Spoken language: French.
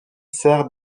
sert